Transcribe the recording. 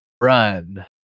run